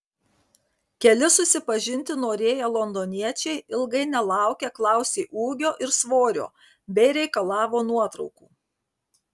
keli susipažinti norėję londoniečiai ilgai nelaukę klausė ūgio ir svorio bei reikalavo nuotraukų